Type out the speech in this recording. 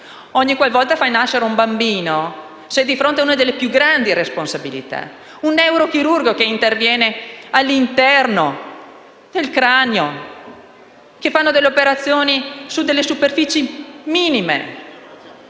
Ogni qualvolta nasce un bambino, si è di fronte a una delle più grandi responsabilità. Un neurochirurgo che interviene all'interno del cranio e opera su superfici minime,